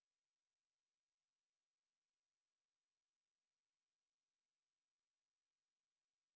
take a character if saying